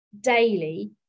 daily